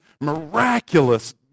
miraculous